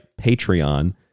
Patreon